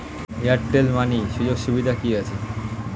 Airtel money সুযোগ সুবিধা কি আছে?